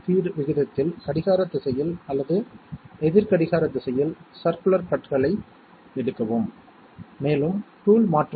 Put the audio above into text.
அதே வழியில் A OR 1 என்பது 1 A AND 0 என்பது 0 A AND 1 என்பது A மற்றும் பல